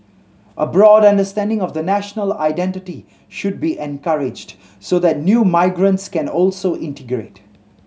a broad understanding of the national identity should be encouraged so that new migrants can also integrate